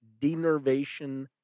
denervation